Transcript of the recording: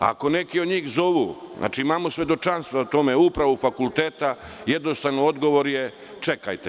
Ako neki od njih zovu, imamo svedočanstva o tome, upravu fakulteta, jednostavno, odgovor je – čekajte.